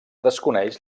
desconeix